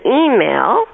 email